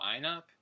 lineup